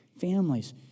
families